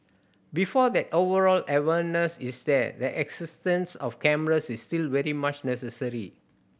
before that overall awareness is there the existence of cameras is still very much necessary